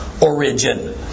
origin